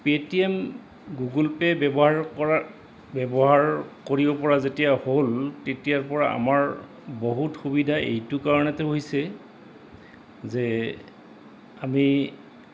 Paytm Google Pay ব্যৱহাৰ কৰা ব্যৱহাৰ কৰিব পৰা যেতিয়া হ'ল তেতিয়াৰপৰা আমাৰ বহুত সুবিধা এইটো কাৰণতে হৈছে যে আমি